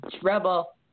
trouble